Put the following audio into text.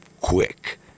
quick